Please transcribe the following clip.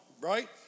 Right